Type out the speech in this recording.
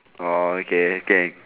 oh okay K